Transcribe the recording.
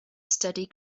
steady